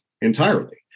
entirely